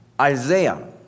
Isaiah